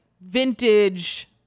vintage